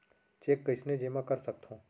Cheque कईसने जेमा कर सकथो?